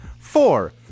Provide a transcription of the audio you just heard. Four